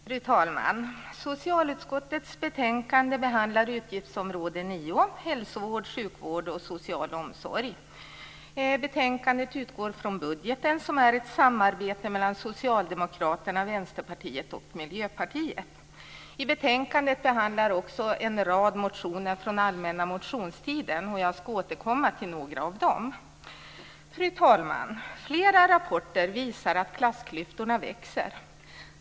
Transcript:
Fru talman! Socialutskottets betänkande behandlar utgiftsområde 9 Hälsovård, sjukvård och social omsorg. Betänkandet utgår från budgeten, som är ett samarbete mellan Socialdemokraterna, Vänsterpartiet och Miljöpartiet. I betänkandet behandlas också en rad motioner från den allmänna motionstiden. Jag ska återkomma till några av dem. Fru talman! Flera rapporter visar att klassklyftorna växer.